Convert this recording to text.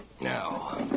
Now